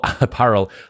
apparel